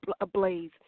ablaze